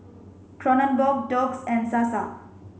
Kronenbourg Doux and Sasa